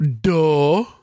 duh